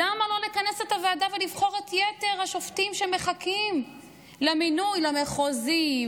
למה לא לכנס את הוועדה ולבחור את יתר השופטים שמחכים למינוי למחוזי,